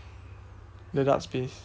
the darts place